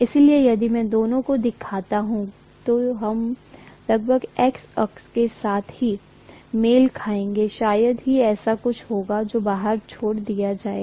इसलिए यदि मैं दोनों को दिखाता हूं तो यह लगभग X अक्ष के साथ ही मेल खाएगा शायद ही ऐसा कुछ होगा जो बाहर छोड़ दिया जाएगा